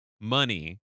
money